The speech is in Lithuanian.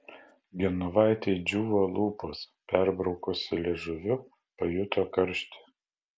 genovaitei džiūvo lūpos perbraukusi liežuviu pajuto karštį